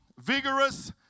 vigorous